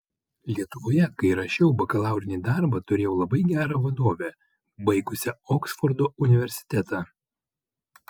lietuvoje kai rašiau bakalaurinį darbą turėjau labai gerą vadovę baigusią oksfordo universitetą